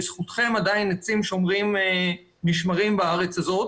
בזכותכם עדיין עצים נשמרים בארץ הזאת